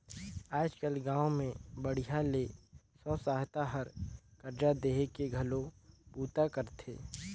आयज कायल गांव मे बड़िहा ले स्व सहायता हर करजा देहे के घलो बूता करथे